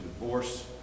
divorce